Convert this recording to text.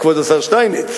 כבוד השר שטייניץ,